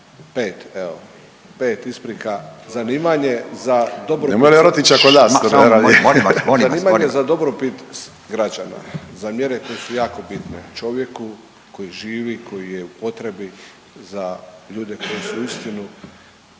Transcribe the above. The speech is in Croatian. Molim vas! Molim vas!/… … dobrobit građana, za mjere koje su jako bitne čovjeku koji živi, koji je u potrebi, za ljude koji su uistinu